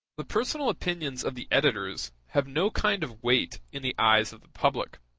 the personal opinions of the editors have no kind of weight in the eyes of the public